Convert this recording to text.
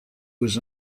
was